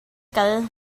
kal